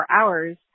hours